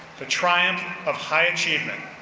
the triumph of high achievement.